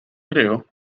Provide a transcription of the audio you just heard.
creo